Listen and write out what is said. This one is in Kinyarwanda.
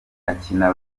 akina